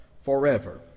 forever